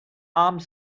armed